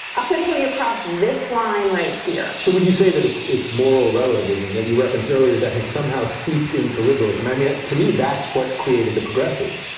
up until you cross this line right here. so would you say that it's it's moral relativism, that you referenced earlier, that has somehow seemed into liberalism? i, to me, that's what created the progressives.